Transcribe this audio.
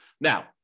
Now